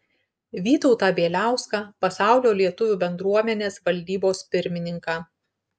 vytautą bieliauską pasaulio lietuvių bendruomenės valdybos pirmininką